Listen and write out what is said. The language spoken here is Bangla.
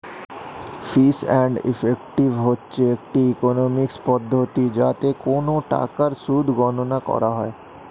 ফিস অ্যান্ড ইফেক্টিভ হচ্ছে একটি ইকোনমিক্স পদ্ধতি যাতে কোন টাকার সুদ গণনা করা হয়